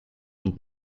und